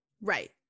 Right